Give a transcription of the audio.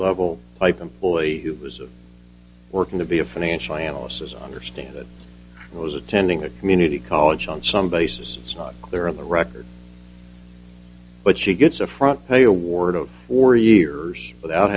level pipe employee who was working to be a financial analysts as i understand it was attending a community college on some basis it's not clear on the record but she gets a front pay a ward of four years without